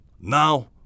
Now